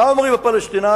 מה אומרים הפלסטינים?